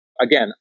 again